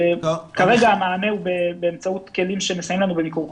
כרגע המענה הוא באמצעים כלים שעוזרים לנו במיקור חוץ.